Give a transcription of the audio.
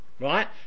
right